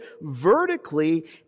vertically